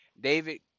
david